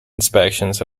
inspections